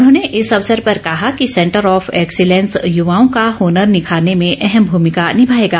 उन्होंने इस अवसर पर कहा कि सेंटर ऑफ एक्सीलेंस युवाओं का हनर निखारने में अहम भूमिका निभाएगा